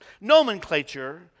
Nomenclature